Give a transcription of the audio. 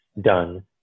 done